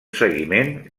seguiment